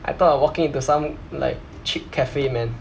I thought I walking into some like chic cafe man